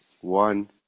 one